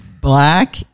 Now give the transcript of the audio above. Black